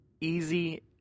easy